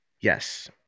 Yes